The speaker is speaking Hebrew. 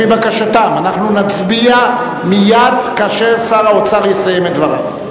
אנחנו נצביע מייד כאשר שר האוצר יסיים את דבריו.